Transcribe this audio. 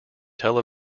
tel